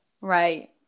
right